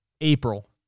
april